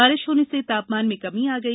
बारिश होने से तापमान में कमी आ गई